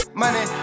money